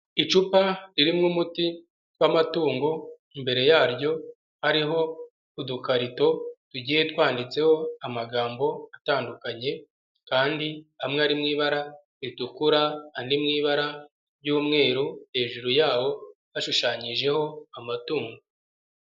Icupa ririmo umuti w'amatungo imbere yaryo hariho udukarito tugiye twanditseho amagambo atandukanye kandi amwe ari mu ibara ritukura, andi mu ibara ry'umweru, hejuru yaho hashushanyijeho amatungo.